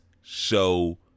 show